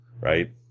Right